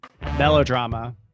Melodrama